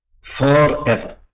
forever